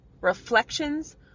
reflections